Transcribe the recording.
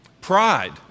Pride